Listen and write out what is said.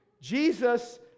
Jesus